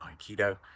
Aikido